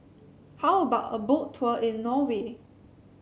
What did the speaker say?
how about a Boat Tour in Norway